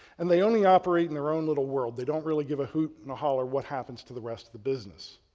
and they only operate in their own little world. they don't really give a hoot and a holler what happens to the rest of the business,